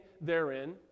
therein